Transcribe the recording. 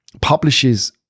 publishes